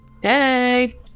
Hey